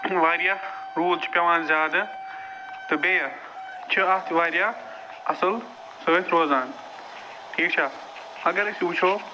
واریاہ روٗد چھُ پیٚوان زیادٕ تہٕ بیٚیہِ چھِ اَتھ واریاہ اصٕل سۭتۍ روزان ٹھیٖک چھا اَگر أسۍ وُچھو